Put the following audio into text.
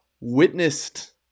Witnessed